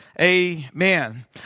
amen